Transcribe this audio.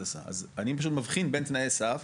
אני פשוט מבחין בין תנאי סף,